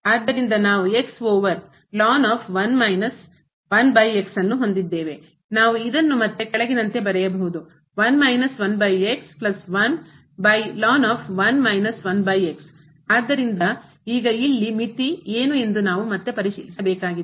ಆದ್ದರಿಂದ ನಾವು ಓವರ್ ನಾವು ಇದನ್ನು ಮತ್ತೆ ಕೆಳಗಿನಂತೆ ಬರೆಯಬಹುದು ಆದ್ದರಿಂದ ಈಗ ಇಲ್ಲಿ ಮಿತಿ ಏನು ಎಂದು ನಾವು ಮತ್ತೆ ಪರಿಶೀಲಿಸಬೇಕಾಗಿದೆ